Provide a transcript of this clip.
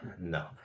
no